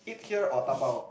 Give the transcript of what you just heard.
eat here or dabao